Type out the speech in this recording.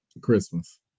Christmas